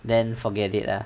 then forget it lah